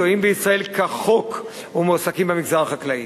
שוהים בישראל כחוק ומועסקים במגזר החקלאי.